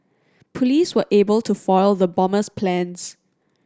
police were able to foil the bomber's plans